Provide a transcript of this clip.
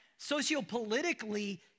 sociopolitically